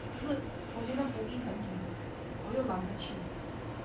可是我觉得 bugis 很远我又懒得去